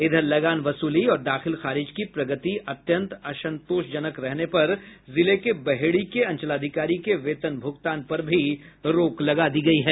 इधर लगान वसूली और दाखिल खारिज की प्रगति अत्यंत असंतोष जनक रहने पर जिले के बहेड़ी के अंचलाधिकारी के वेतन भुगतान पर भी रोक लगा दी गई है